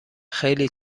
خیلی